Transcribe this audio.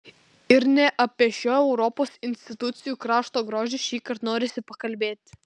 ir ne apie šio europos institucijų krašto grožį šįkart norisi pakalbėti